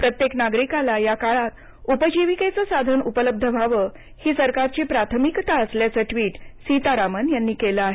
प्रत्येक नागरिकाला या काळात उपजीविकेचं साधन उपलब्ध व्हावं ही सरकारची प्राथमिकता असल्याचं ट्वीट सीतरामन यांनी केलं आहे